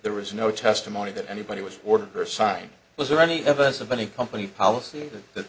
there was no testimony that anybody was ordered her sign was there any evidence of any company policy that